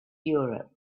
europe